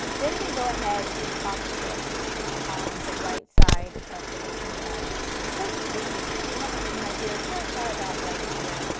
then you can go ahead and top stitch on the right side of the bikini bottom close to the seam. we have our seam right here, so probably about right here,